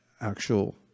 actual